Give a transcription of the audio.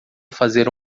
fazer